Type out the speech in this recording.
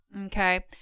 Okay